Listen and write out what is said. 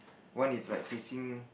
one is like facing